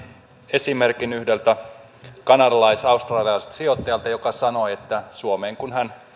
esimerkin yhdeltä kanadalais australialaiselta sijoittajalta joka sanoi että suomeen kun hän